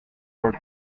were